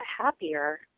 happier